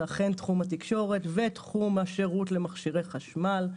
זה אכן תחום התקשורת ותחום השירות למכשירי חשמל.